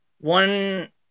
one